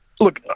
Look